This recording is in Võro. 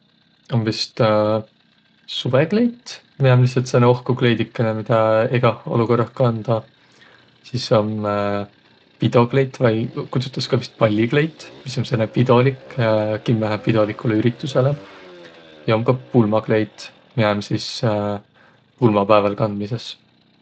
Om vist suvõkleit, miä om lihtsalt sääne ohku kleidikene, et egäh olukõrrah kandaq. Sis om pidokleit vai kutsutas vist ka ballikleit, mis om sääne pidolik, kimmähe pidoligulõ üritüsele. Ja om ka pulmakleit, miä om sis pulmapääväl kandmisõs.